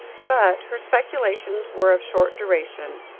but her speculations were of short duration,